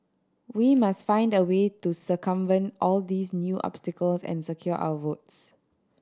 we must find a way to circumvent all these new obstacles and secure our votes